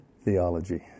theology